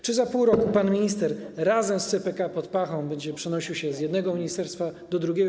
Czy za pół roku pan minister razem z CPK pod pachą będzie przenosił się z jednego ministerstwa do drugiego?